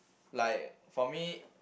like for me